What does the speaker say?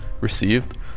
received